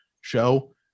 show